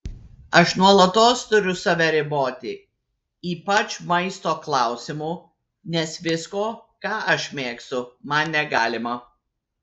aš nuolatos turiu save riboti ypač maisto klausimu nes visko ką aš mėgstu man negalima